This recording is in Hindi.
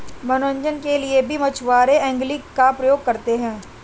मनोरंजन के लिए भी मछुआरे एंगलिंग का प्रयोग करते हैं